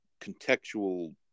contextual